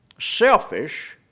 selfish